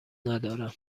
ندارم